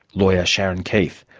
lawyer, sharon keith.